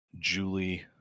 Julie